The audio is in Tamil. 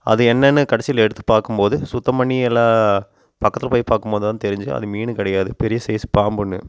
அது என்னென்னு கடைசியில் எடுத்து பார்க்கும் போது சுத்தம் பண்ணி எல்லாம் பக்கத்தில் போய் பார்க்கும் போது தான் தெரிஞ்சுது அது மீன் கிடையாது பெரிய சைஸ் பாம்புன்னு